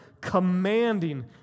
commanding